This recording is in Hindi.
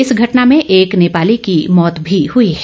इस घटना में एक नेपाली की मौत भी हई है